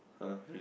!huh! read